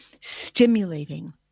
stimulating